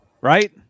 Right